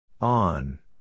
On